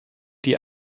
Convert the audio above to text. die